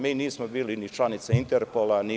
Mi nismo bili ni članica Interpola, ni UN.